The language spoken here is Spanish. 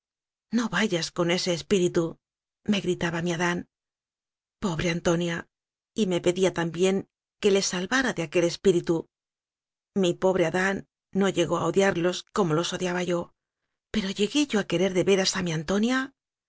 no vayas con ese espíritu me gritaba mi adán pobre antonia y me pedía también que le salvara de aquel espíritu mi pobre adán no llegó a odiarlos como los odiaba yo pero llegué yo a querer de veras a mi antonia